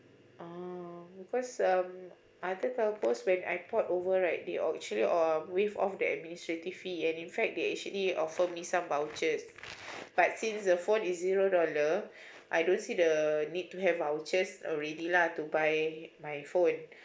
oh because um other telco when I port over right they actually or~ um waive off the administrative fee and in fact they actually offer me some vouchers but since the phone is zero dollar I don't see the need to have vouchers already lah to buy my phone